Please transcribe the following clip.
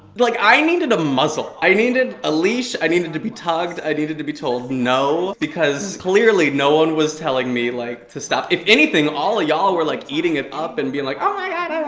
like i needed a muzzle. i needed a leash. i needed to be tugged. i needed to be told no. because clearly no one was telling me like, to stop. if anything, all y'all were like eating it up and being like oh my god.